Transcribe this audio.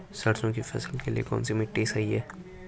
सरसों की फसल के लिए कौनसी मिट्टी सही हैं?